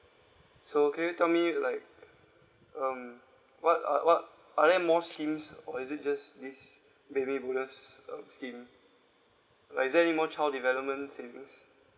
so can you tell me like um what are what are there more schemes or is it just this baby bonus uh scheme like is there any more child development savings